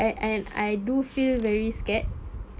and and I do feel very scared